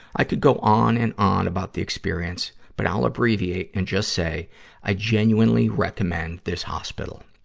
i could go on and on about the experience, but i'll abbreviate and just say i genuinely recommend this hospital.